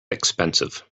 expensive